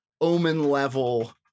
omen-level